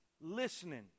listening